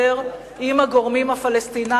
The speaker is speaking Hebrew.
כי הם כל הזמן מפריעים.